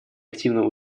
активно